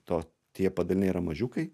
to tie padaliniai yra mažiukai